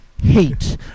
hate